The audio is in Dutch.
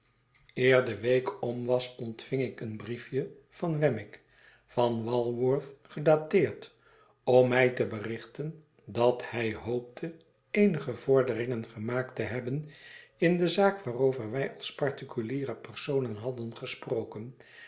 eer de week om was ontving ik een briefje van wemmick van walworth gedateerd om my te berichten dat hij hoopte eenige vorderingen gemaakt te hebben in de zaak waarover wij als particuliere personen hadden gesproken